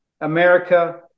America